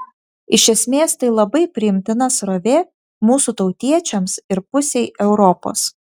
iš esmės tai labai priimtina srovė mūsų tautiečiams ir pusei europos